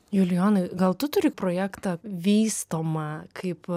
julijonai gal tu turi projektą vystomą kaip